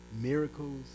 miracles